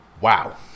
Wow